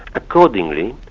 accordingly,